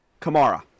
kamara